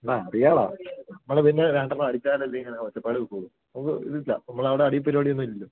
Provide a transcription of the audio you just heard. ആഹ് നമ്മള് പിന്നെ രണ്ടെണ്ണം അടിച്ചാലല്ലെ ഇങ്ങനെ ഒച്ചപ്പാട് വെയ്ക്കുകയുള്ളൂ നമുക്കതില്ല നമ്മളവിടെ അടി പരിപാടിയൊന്നുമില്ലല്ലോ